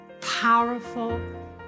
powerful